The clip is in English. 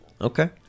Okay